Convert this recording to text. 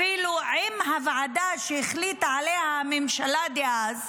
אפילו עם הוועדה שהחליטה עליה הממשלה דאז,